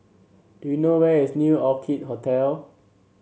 do you know where is New Orchid Hotel